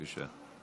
בבקשה.